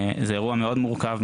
זה אירוע מאוד מורכב,